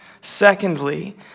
Secondly